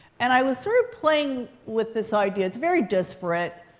and i was sort of playing with this idea. it's very disparate.